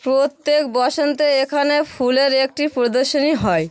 প্রত্যেক বসন্তে এখানে ফুলের একটি প্রদর্শনী হয়